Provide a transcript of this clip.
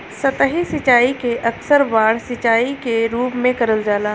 सतही सिंचाई के अक्सर बाढ़ सिंचाई के रूप में करल जाला